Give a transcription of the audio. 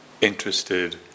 interested